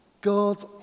God